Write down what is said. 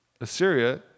Assyria